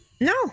No